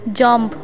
jump